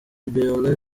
berlin